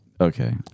Okay